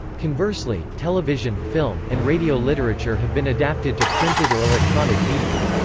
conversely, television, film, and radio literature have been adapted to printed or electronic media.